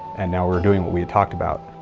and now we're doing what we had talked about.